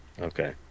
Okay